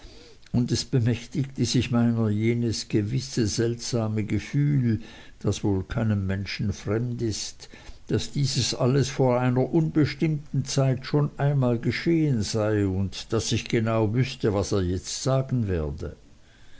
und es bemächtigte sich meiner jenes gewisse seltsame gefühl das wohl keinem menschen fremd ist daß dieses alles vor einer unbestimmten zeit schon einmal geschehen sei und daß ich genau wüßte was er jetzt sagen werde